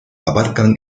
abarcan